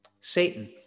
Satan